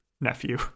nephew